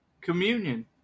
communion